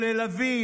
או ללביא,